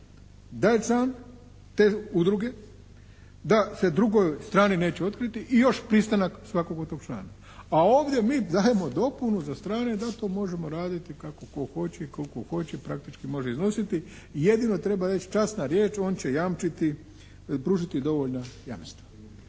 Da je član te udruge, da se drugoj strani neće otkriti i još pristanak svakog od tog člana. A ovdje mi dajemo dopunu za strane da to možemo raditi kako tko hoće i koliko hoće, praktički može iznositi. Jedino treba reći časna riječ on će jamčiti, pružiti dovoljna jamstva.